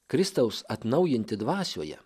kristaus atnaujinti dvasioje